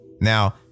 Now